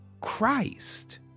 Christ